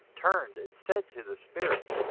turned and said to the spirit,